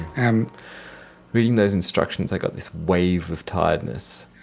and reading those instructions i got this wave of tiredness.